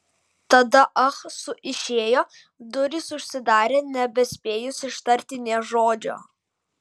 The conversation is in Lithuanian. tada ah su išėjo durys užsidarė nebespėjus ištarti nė žodžio